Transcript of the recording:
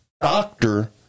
doctor